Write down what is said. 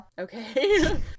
Okay